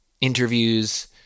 interviews